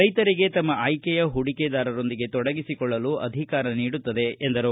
ರೈತರಿಗೆ ತಮ್ಮ ಆಯ್ಕೆಯ ಹೂಡಿಕೆದಾರರೊಂದಿಗೆ ತೊಡಗಿಸಿಕೊಳ್ಳಲು ಅಧಿಕಾರ ನೀಡುತ್ತದೆ ಎಂದರು